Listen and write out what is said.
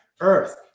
earth